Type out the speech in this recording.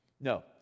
No